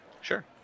Sure